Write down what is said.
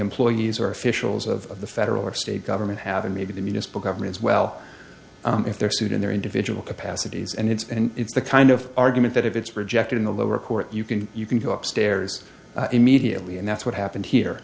employees or officials of the federal or state government have and maybe the municipal governments well if they're sued in their individual capacities and it's and it's the kind of argument that if it's rejected in the lower court you can you can go up stairs immediately and that's what happened here